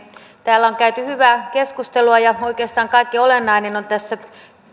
täällä on käyty hyvää keskustelua ja oikeastaan kaikki olennainen on tässä